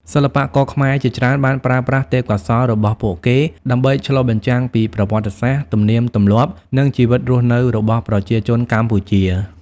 សិល្បករខ្មែរជាច្រើនបានប្រើប្រាស់ទេពកោសល្យរបស់ពួកគេដើម្បីឆ្លុះបញ្ចាំងពីប្រវត្តិសាស្ត្រ ទំនៀមទម្លាប់ និងជីវិតរស់នៅរបស់ប្រជាជនកម្ពុជា។